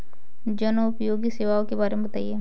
जनोपयोगी सेवाओं के बारे में बताएँ?